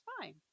fine